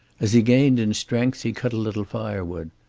as he gained in strength he cut a little firewood.